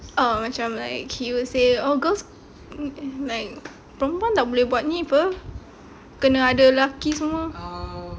oh macam like he will say oh girls like perempuan tak boleh buat ni [pe] kena ada lelaki semua